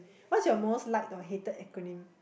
what's your most like or hated acronym